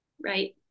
right